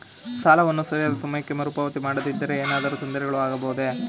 ಸಾಲವನ್ನು ಸರಿಯಾದ ಸಮಯಕ್ಕೆ ಮರುಪಾವತಿ ಮಾಡದಿದ್ದರೆ ಏನಾದರೂ ತೊಂದರೆಗಳು ಆಗಬಹುದೇ?